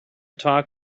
talk